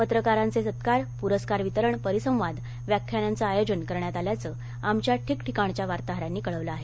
पत्रकारांचे सत्कार पुरस्कार वितरण परिसंवाद व्याख्यानांचं आयोजन करण्यात आल्याचं आमच्या ठिकठिकाणच्या वार्ताहरांनी कळवलं आहे